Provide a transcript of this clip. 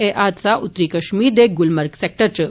एह् हादसा उत्तरी कश्मीर दे गुलमर्ग सैक्टर इच होआ